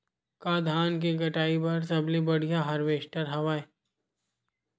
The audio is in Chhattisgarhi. का धान के कटाई बर सबले बढ़िया हारवेस्टर हवय?